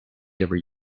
every